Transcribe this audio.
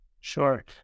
Sure